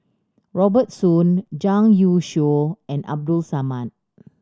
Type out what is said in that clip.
Robert Soon Zhang Youshuo and Abdul Samad